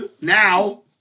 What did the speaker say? now